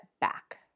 back